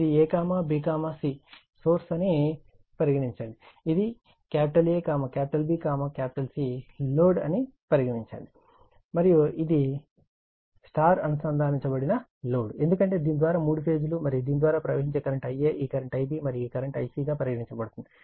ఇది a b c source అని పరిగణించండి ఇది A B C లోడ్ అని పరిగణించండి మరియు ఇది Y అనుసంధానించబడిన లోడ్ ఎందుకంటే దీని ద్వారా 3 ఫేజ్ లు మరియు దీని ద్వారా ప్రవహించే కరెంట్ Ia ఈ కరెంట్ Ib మరియు ఈ కరెంట్ Ic గా పరిగణించబడింది